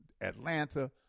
Atlanta